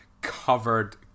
Covered